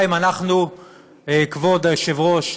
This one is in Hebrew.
כבוד היושב-ראש,